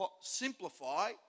simplify